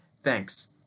Thanks